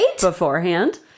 beforehand